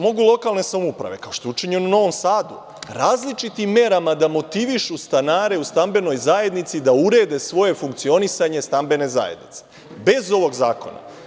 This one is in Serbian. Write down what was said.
Mogu lokalne samouprave, kao što je učinjeno u Novom Sadu, različitim merama da motivišu stanare u stambenoj zajednici da urede svoje funkcionisanje stambene zajednice, bez ovog zakona.